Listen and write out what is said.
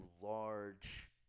large